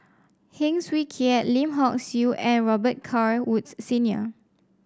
Heng Swee Keat Lim Hock Siew and Robet Carr Woods Senior